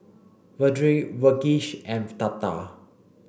Vedre Verghese and Tata